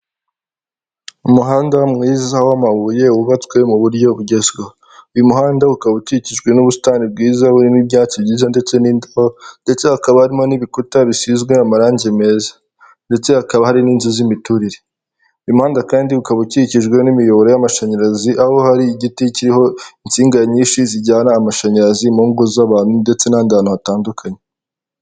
Umuhanda mwiza w'amabuye wubatswe mu buryo bugezweho, uyu muhanda ukaba ukikijwe n'ubusitani bwiza burimo ibyatsi byiza ndetse n'ndabo ndetse hakaba harimo n'ibikuta bisizwe amarangi meza ndetse hakaba hari n'inzu z'imiturire, uyu muhanda kandi ukaba ukikijwe n'imiyoboro y'amashanyarazi aho hari igiti kiriho insinga nyinshi zijyana amashanyarazi mu m ngo z'abantu ndetse n'ahantu hatandukanye.